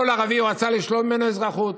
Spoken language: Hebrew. כל ערבי, הוא רצה לשלול ממנו אזרחות.